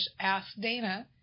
askdana